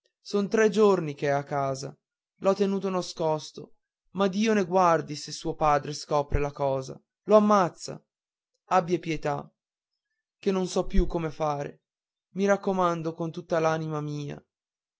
son tre giorni che è a casa l'ho tenuto nascosto ma dio ne guardi se suo padre scopre la cosa lo ammazza abbia pietà che non so più come fare mi raccomando con tutta l'anima mia